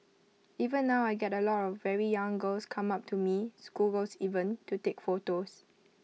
even now I get A lot of very young girls come up to me schoolgirls even to take photos